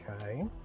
okay